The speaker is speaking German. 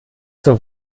zur